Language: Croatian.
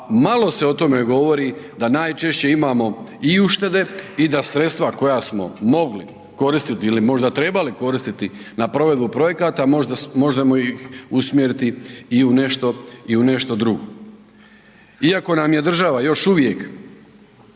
malo se o tome govori da najčešće imaju i uštede i da sredstva koja smo mogli koristiti ili možda trebali koristiti na provedbu projekata, možda možemo ih usmjeriti i u nešto drugo. Iako nam je država još uvijek